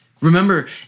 Remember